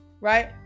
right